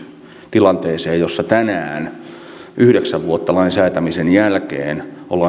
tilanteeseen jossa tänään yhdeksän vuotta lain säätämisen jälkeen